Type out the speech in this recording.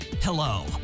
Hello